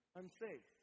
unsafe